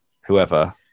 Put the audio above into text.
whoever